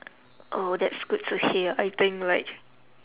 oh that's good to hear I think like